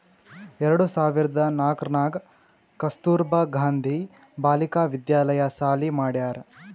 ಎರಡು ಸಾವಿರ್ದ ನಾಕೂರ್ನಾಗ್ ಕಸ್ತೂರ್ಬಾ ಗಾಂಧಿ ಬಾಲಿಕಾ ವಿದ್ಯಾಲಯ ಸಾಲಿ ಮಾಡ್ಯಾರ್